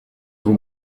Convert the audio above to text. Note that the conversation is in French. vous